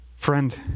Friend